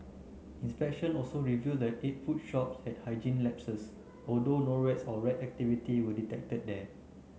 inspections also revealed that eight food shops had hygiene lapses although no rats or rat activity were detected there